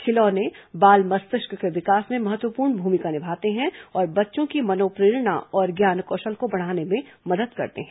खिलौने बाल मस्तिष्क के विकास में महत्वपूर्ण भूमिका निभाते हैं और बच्चों की मनोप्रेरणा और ज्ञान कौशल को बढ़ाने में मदद करते हैं